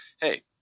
hey